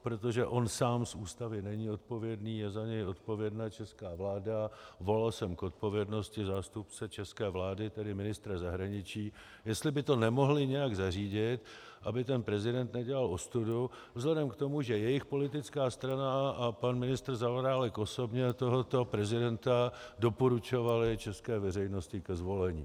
Protože on sám z Ústavy není odpovědný, je za něj odpovědná česká vláda, volal jsem k odpovědnosti zástupce české vlády, tedy ministra zahraniční, jestli by to nemohli nějak zařídit, aby ten prezident nedělal ostudu, vzhledem k tomu, že jejich politická strana a pan ministr Zaorálek osobně tohoto prezidenta doporučovali české veřejnosti ke zvolení.